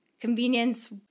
convenience